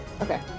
Okay